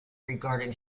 regarding